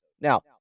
Now